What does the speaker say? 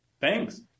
Thanks